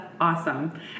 awesome